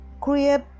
create